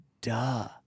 duh